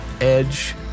edge